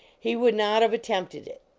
he would not of attempted it.